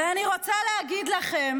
ואני רוצה להגיד לכם